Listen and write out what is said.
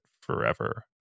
forever